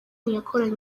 yakoranye